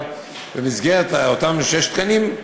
אבל במסגרת אותם שישה תקנים,